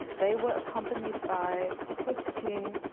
they were accompanied by fifteen,